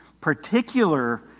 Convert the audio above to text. particular